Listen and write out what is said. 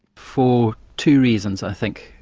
for two reasons i think.